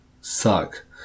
suck